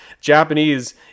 Japanese